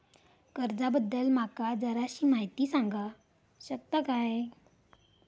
कर्जा बद्दल माका जराशी माहिती सांगा शकता काय?